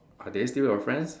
are they still your friends